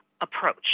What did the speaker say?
approach